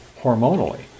hormonally